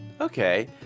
Okay